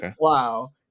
Wow